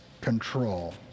control